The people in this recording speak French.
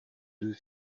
deux